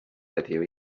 heddiw